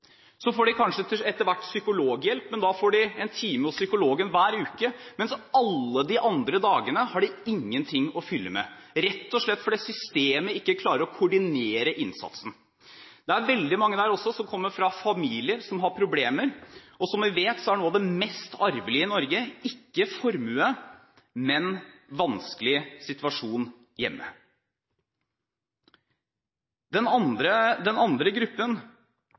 Så får de kanskje etter hvert psykologhjelp. Da får de en time hos psykologen hver uke, men alle de andre dagene har de ingen ting å fylle med, rett og slett fordi systemet ikke klarer å koordinere innsatsen. Det er veldig mange som kommer fra familier som har problemer. Som vi vet, er noe av det mest arvelige i Norge ikke formue, men en vanskelig situasjon hjemme. Den andre gruppen